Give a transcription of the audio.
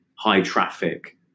high-traffic